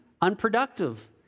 unproductive